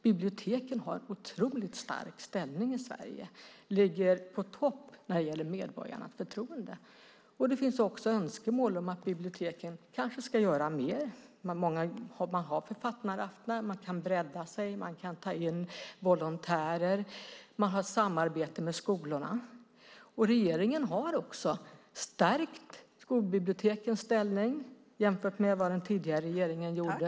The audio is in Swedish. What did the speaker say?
Biblioteken har en otroligt stark ställning i Sverige. De ligger på topp när det gäller medborgarnas förtroende. Det finns också önskemål om att biblioteken kanske ska göra mer. Man har författaraftnar, men man kan bredda sig och ta in volontärer. Man har samarbete med skolorna. Regeringen har också stärkt skolbibliotekens ställning jämfört med vad den tidigare regeringen gjorde.